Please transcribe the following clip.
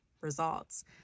results